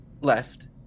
left